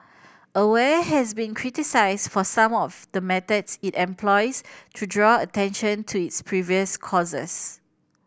aware has been criticised for some of the methods it employs to draw attention to its previous causes